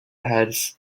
has